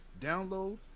download